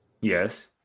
Yes